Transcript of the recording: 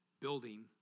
building